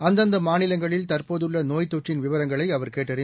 அந்தந்தமாநிலங்களில் தற்போதுள்ளநோய்த்தொற்றின் விவரங்களைஅவர் கேட்டறிந்தார்